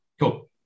Cool